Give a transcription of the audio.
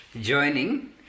joining